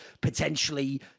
potentially